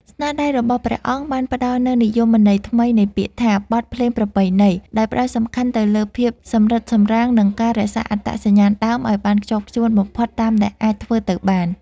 ស្នាដៃរបស់ព្រះអង្គបានផ្តល់នូវនិយមន័យថ្មីនៃពាក្យថា បទភ្លេងប្រពៃណី ដោយផ្តោតសំខាន់ទៅលើភាពសម្រិតសម្រាំង និងការរក្សាអត្តសញ្ញាណដើមឱ្យបានខ្ជាប់ខ្ជួនបំផុតតាមដែលអាចធ្វើទៅបាន។